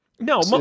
No